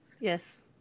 yes